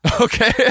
Okay